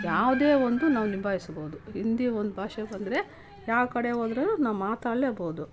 ಯಾವುದೇ ಒಂದು ನಾವು ನಿಭಾಯಿಸ್ಬೋದು ಹಿಂದಿ ಒಂದು ಭಾಷೆ ಬಂದರೆ ಯಾವ ಕಡೆ ಹೋದ್ರೂ ನಾವು ಮಾತಾಡ್ಲೇಬೋದು